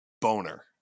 boner